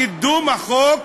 את קידום החוק,